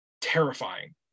terrifying